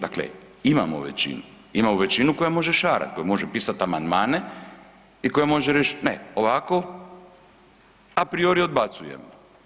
Dakle, imamo većinu, imamo većinu koja može šarati, koja može pisati amandmane i koja može reći ne ovako, apriori odbacujemo.